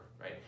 right